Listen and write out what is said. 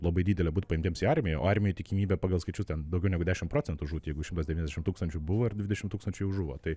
labai didelę būt paimtiems į armiją o armijoj tikimybė pagal skaičius ten daugiau negu dešim procentų žūt jeigu šimtas devyniasdešim tūkstančių buvo ir dvidešim tūkstančių jau žuvo tai